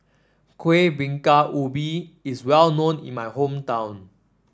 Kueh Bingka Ubi is well known in my hometown